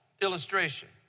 illustration